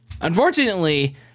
unfortunately